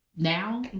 Now